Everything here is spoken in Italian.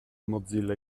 mozilla